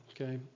okay